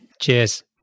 Cheers